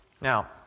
Now